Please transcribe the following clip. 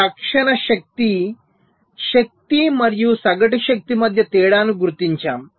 మేము తక్షణ శక్తి శక్తి మరియు సగటు శక్తి మధ్య తేడాను గుర్తించాము